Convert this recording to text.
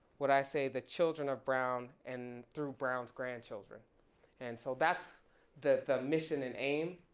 what i say the children of brown and through brown's grandchildren and so that's the mission and aim.